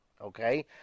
Okay